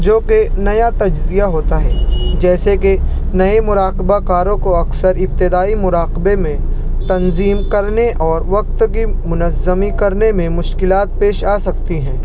جوکہ نیا تجزیہ ہوتا ہے جیسے کہ نئے مراقبہ کاروں کو اکثر ابتدائی مراقبے میں تنظیم کرنے اور وقت کی منظمی کرنے میں مشکلات پیش آ سکتی ہیں